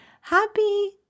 Happy